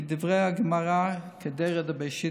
כדברי הגמרא, "קדירה דבי שותפי"